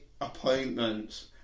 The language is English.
appointments